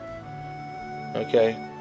okay